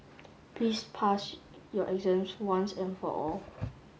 please pass your exams once and for all